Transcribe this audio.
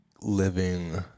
living